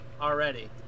already